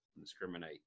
discriminate